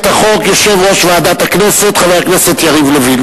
יושב-ראש ועדת הכנסת חבר הכנסת יריב לוין.